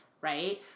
right